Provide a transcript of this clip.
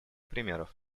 примеров